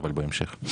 אבל בהמשך.